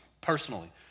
personally